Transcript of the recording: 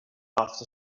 after